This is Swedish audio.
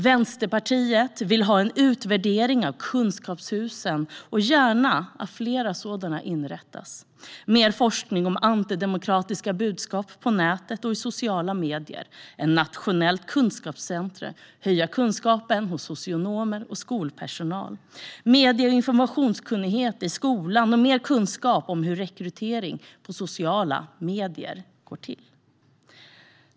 Vänsterpartiet vill ha en utvärdering av kunskapshusen och gärna att flera sådana inrättas, mer forskning om antidemokratiska budskap på nätet och i sociala medier, ett nationellt kunskapscentrum, höja kunskapen hos socionomer och skolpersonal, medie och informationskunnighet i skolan och mer kunskap om hur rekrytering i sociala medier går till.